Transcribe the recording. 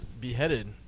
beheaded